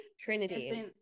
Trinity